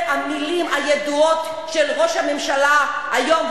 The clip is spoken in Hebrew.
את המלים הידועות של ראש הממשלה היום,